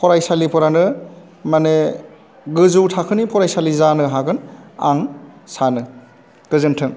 फरायसालिफोरानो मानि गोजौ थाखोनि फरासालि जानो हागोन आं सानो गोजोन्थों